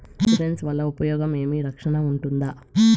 Insurance వల్ల ఉపయోగం ఏమి? రక్షణ ఉంటుందా?